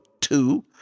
two